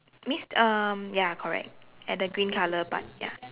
means um ya correct at the green color part ya